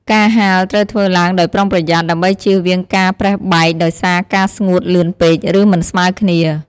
ការហាលត្រូវធ្វើឡើងដោយប្រុងប្រយ័ត្ន ដើម្បីជៀសវាងការប្រេះបែកដោយសារការស្ងួតលឿនពេក ឬមិនស្មើគ្នា។